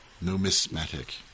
Numismatic